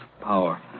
power